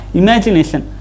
imagination